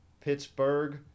Pittsburgh